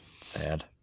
Sad